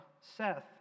Seth